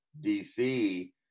dc